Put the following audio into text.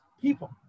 people